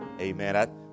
Amen